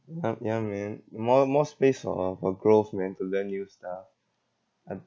ya ya man more more space for for growth man to learn new stuff uh